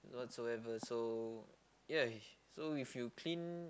whatsoever so ya so if you clean